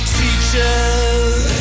teachers